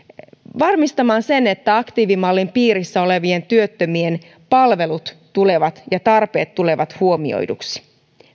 varmistamaan se että aktiivimallin piirissä olevien työttömien palvelut ja tarpeet tulevat huomioiduiksi